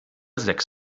sechs